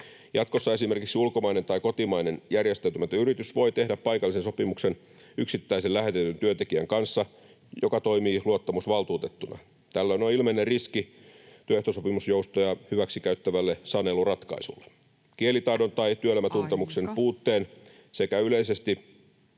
Jatkossa esimerkiksi ulkomainen tai kotimainen järjestäytymätön yritys voi tehdä paikallisen sopimuksen yksittäisen lähetetyn työntekijän kanssa, joka toimii luottamusvaltuutettuna. Tällöin on ilmeinen riski työehtosopimusjoustoja hyväksikäyttävälle saneluratkaisulle. Kielitaidon tai työelämätuntemuksen [Puhemies: